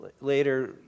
later